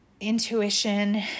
intuition